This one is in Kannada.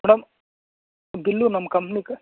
ಮೇಡಮ್ ಬಿಲ್ಲು ನಮ್ಮ ಕಂಪ್ನಿ ಕ್